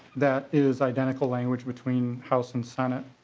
that is identical language between house and senate.